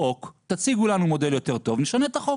חוק, תציגו לנו מודל יותר טוב נשנה את החוק.